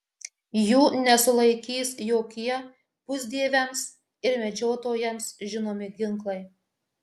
jų nesulaikys jokie pusdieviams ir medžiotojoms žinomi ginklai